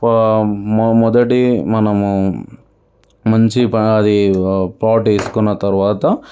ప మొ మొదటి మనము మంచి ప అది పాటు వేసుకున్న తర్వాత